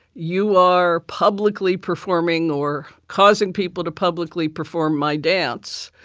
you are publicly performing or causing people to publicly perform my dance.